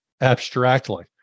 abstractly